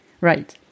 Right